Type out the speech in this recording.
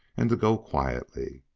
and to go quietly.